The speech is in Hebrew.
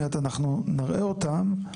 עוד מעט אנחנו נראה אותן.